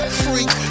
freak